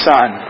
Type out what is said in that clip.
Son